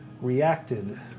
reacted